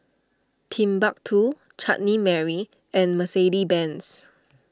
Timbuk two Chutney Mary and Mercedes Benz